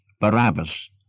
Barabbas